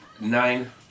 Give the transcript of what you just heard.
nine